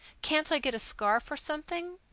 can't i get a scarf or something?